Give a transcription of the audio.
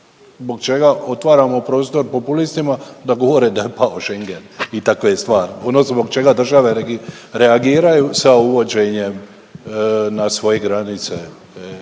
zbog čega otvaramo prostor populistima da govore da je pao Schengen i takve stvari. Ono zbog čega države reagiraju sa uvođenjem na svoje granice